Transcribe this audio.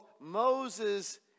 Moses